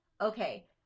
okay